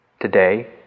today